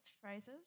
phrases